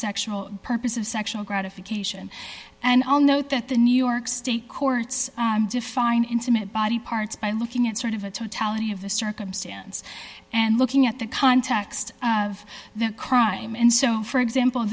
sexual purpose of sexual gratification and i'll note that the new york state courts define intimate body parts by looking at sort of a totality of the circumstance and looking at the context of the crime and so for example